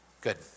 good